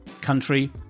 country